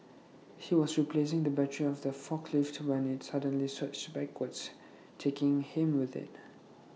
he was replacing the battery of the forklift when IT suddenly surged backwards taking him with IT